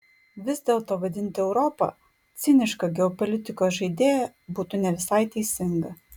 vis dėlto vadinti europą ciniška geopolitikos žaidėja būtų ne visai teisinga